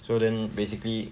so then basically